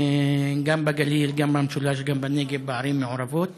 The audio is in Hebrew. גם בגליל, גם במשולש, גם בנגב, בערים מעורבות.